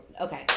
Okay